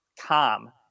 calm